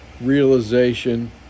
realization